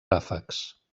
ràfecs